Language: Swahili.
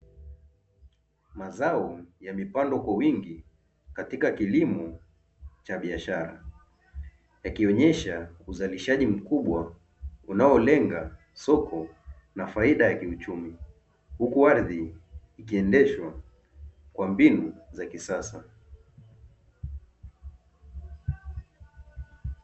Mazao yamepandwa kwa wingi katika kilimo cha biashara, yakionesha uzalishaji mkubwa unaolenga soko na faida ya kiuchumi huku aridhi ikikiendeshwa kwa mbinu za kisasa.